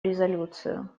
резолюцию